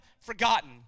forgotten